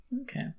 okay